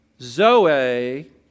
Zoe